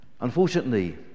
Unfortunately